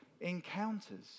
encounters